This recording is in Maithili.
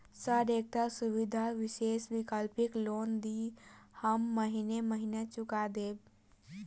सर एकटा सुविधा विशेष वैकल्पिक लोन दिऽ हम महीने महीने चुका देब?